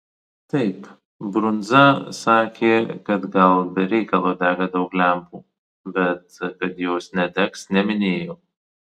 taip brundza sakė kad gal be reikalo dega daug lempų bet kad jos nedegs neminėjo